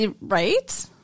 Right